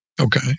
Okay